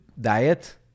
diet